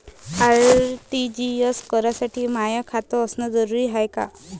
RTGS करासाठी माय खात असनं जरुरीच हाय का?